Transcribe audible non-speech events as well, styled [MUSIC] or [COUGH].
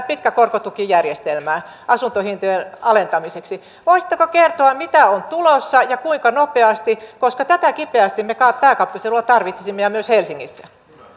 [UNINTELLIGIBLE] pitkän korkotukijärjestelmän kehittäminen asuntojen hintojen alentamiseksi voisitteko kertoa mitä on tulossa ja kuinka nopeasti tätä kipeästi me pääkaupunkiseudulla tarvitsisimme myös helsingissä